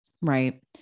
right